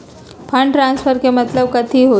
Fund transfer के मतलब कथी होई?